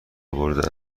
برده